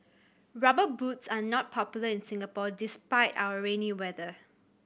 Rubber Boots are not popular in Singapore despite our rainy weather